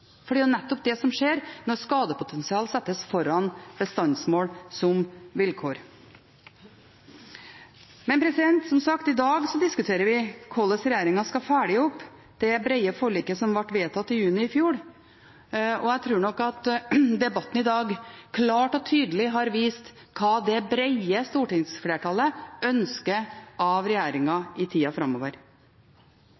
For det er nettopp det som skjer når skadepotensial settes foran bestandsmål som vilkår. Men, som sagt, i dag diskuterer vi hvordan regjeringen skal følge opp det brede forliket som ble vedtatt i juni i fjor. Jeg tror nok at debatten i dag klart og tydelig har vist hva det brede stortingsflertallet ønsker av